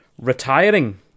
retiring